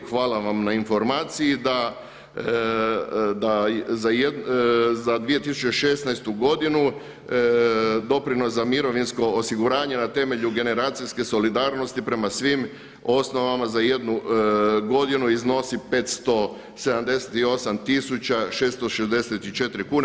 Hvala vam na informaciji da za 2016. godinu doprinos za mirovinsko osiguranje na temelju generacijske solidarnosti prema svim osnovama za jednu godinu iznosi 578664 kune.